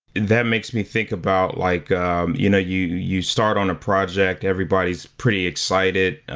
that makes me think about like um you know you you start on a project, everybody's pretty excited.